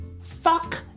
Fuck